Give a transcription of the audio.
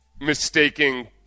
mistaking